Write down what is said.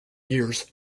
years